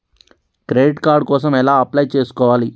Credit card కోసం ఎలా apply చేసుకోవాలి?